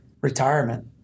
retirement